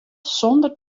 sonder